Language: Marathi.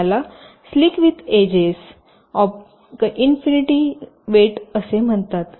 याला slick with edges of infinity weight असे म्हणतात